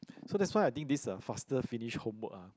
so that's why I think this a faster finish homework ah